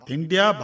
India